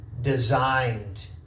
designed